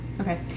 Okay